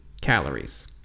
calories